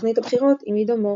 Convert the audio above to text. והתוכנית "הבחירות" עם עידו מור.